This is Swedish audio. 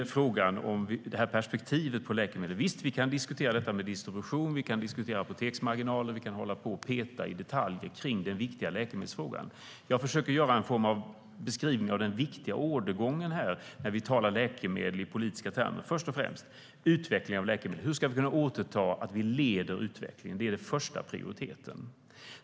När det gäller frågan om perspektivet på läkemedel kan vi diskutera distribution och apoteksmarginaler och hålla på och peta i detaljer kring den viktiga läkemedelsfrågan. Jag försöker göra en beskrivning av den viktiga ordergången när vi talar om läkemedel i politiska termer. Hur ska vi, när det gäller utveckling av läkemedel, kunna återta ledningen av utvecklingen? Det är den första prioriteten.